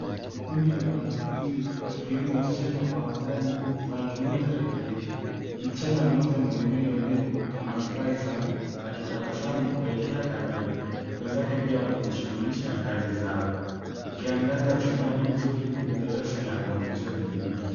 Kundi la wanafunzi wakiwemo wasichana kwa wavulana, wanatumia tarakilishi. Msichana mmoja mwenye nywele ndefu anafurahi sana, akitabasamu kuelekea kamera. Wenzake pia wanajishughulisha na kazi zao. Ukiangaza chumbani vizuri ni darasa la kompyuta lenye bidii.